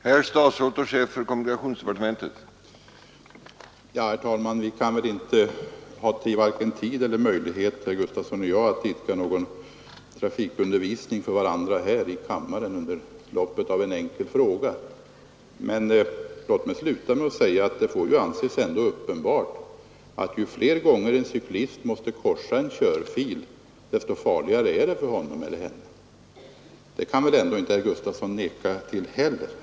Herr talman! Herr Gustafson i Göteborg och jag har väl varken tid eller möjlighet att här i kammaren bedriva trafikundervisning för varandra under den tid som står till förfogande vid besvarande av en enkel fråga. Låt mig sluta med att säga att det ändå får anses uppenbart att ju fler gånger en cyklist måste korsa en körfil, desto farligare är det för honom eller henne. Det kan väl inte herr Gustafson neka till.